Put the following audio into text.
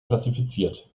klassifiziert